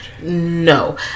No